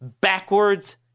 backwards